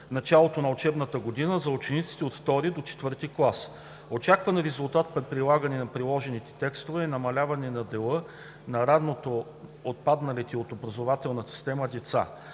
началото на учебната година за учениците от II до IV клас. Очакван резултат при прилагане на предложените текстове е намаляване на дела на ранно отпадналите от образователната система деца.